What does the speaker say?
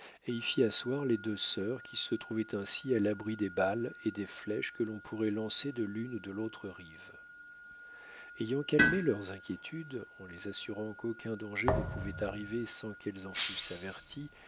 et y fit asseoir les deux sœurs qui se trouvaient ainsi à l'abri des balles ou des flèches que l'on pourrait lancer de l'une ou de l'autre rive ayant calmé leurs inquiétudes en les assurant qu'aucun danger ne pouvait arriver sans qu'elles en fussent averties